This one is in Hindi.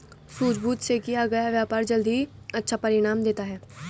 सूझबूझ से किया गया व्यापार जल्द ही अच्छा परिणाम देता है